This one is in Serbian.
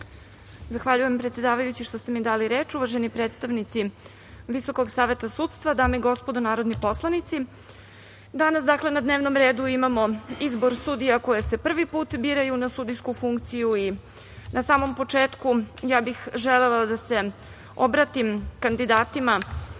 Zahvaljujem predsedavajući što ste mi dali reč. Uvaženi predstavnici Visokog saveta sudstva, dame i gospodo narodni poslanici, danas na dnevnom redu imamo izbor sudija koji se prvi put biraju na sudijsku funkciju i na samom početku ja bih želela da se obratim kandidatima